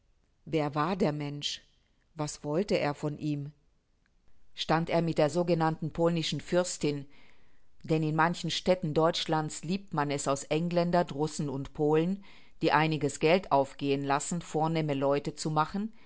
wer war der mensch was wollte er von ihm stand er mit der sogenannten polnischen fürstin denn in manchen städten deutschlands liebt man es aus engländern russen und polen die einiges geld aufgehen lassen vornehme leute zu machen